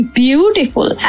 beautiful